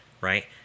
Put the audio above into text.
right